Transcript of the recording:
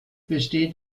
besteht